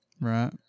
Right